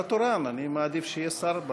שר תורן, אני מעדיף שיהיה שר.